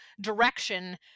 direction